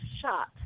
shot